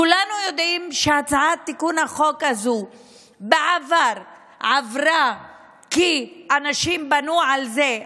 כולנו יודעים שהצעת תיקון החוק הזאת בעבר עברה כי אנשים בנו על זה,